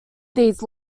these